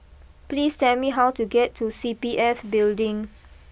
please tell me how to get to C P F Building